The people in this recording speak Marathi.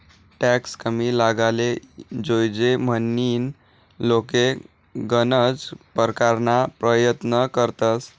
टॅक्स कमी लागाले जोयजे म्हनीन लोके गनज परकारना परयत्न करतंस